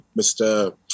Mr